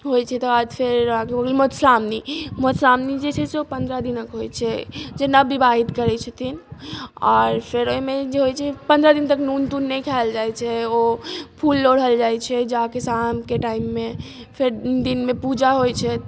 होइत छै तकर बाद फेर मधुश्रावणी मधुश्रावणी जे छै सेहो पन्द्रह दिनक होइत छै जे नवविवाहित करैत छथिन आओर फेर ओहिमे जे होइत छै पन्द्रह दिन तक नून तून नहि खायल जाइत छै ओ फूल लोढ़ल जाइत छै जा के शामके टाइममे फेर दिनमे पूजा होइत छै